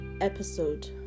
episode